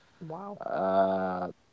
Wow